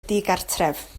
digartref